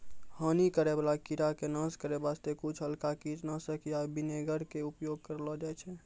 हानि करै वाला कीड़ा के नाश करै वास्तॅ कुछ हल्का कीटनाशक या विनेगर के उपयोग करलो जाय छै